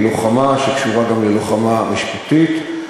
לוחמה שקשורה גם ללוחמה משפטית,